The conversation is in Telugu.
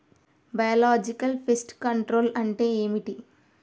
బయోలాజికల్ ఫెస్ట్ కంట్రోల్ అంటే ఏమిటి?